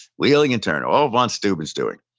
wheeling and turning. all von steuben's doing.